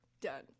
done